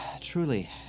Truly